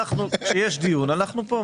כשיש דיון אנחנו פה.